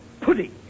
pudding